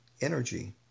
energy